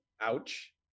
Ouch